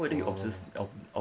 oh